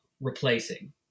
replacing